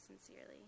sincerely